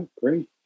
great